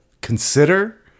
consider